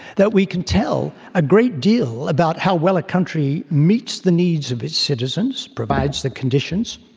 that we can tell a great deal about how well a country meets the needs of its citizens provides the conditions